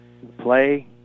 play